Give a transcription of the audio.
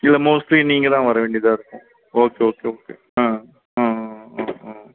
இல்லை மோஸ்ட்லி நீங்கள் தான் வர வேண்டியதாக இருக்கும் ஓகே ஓகே ஓகே ஆ ஆஆஆ ஆ ஆ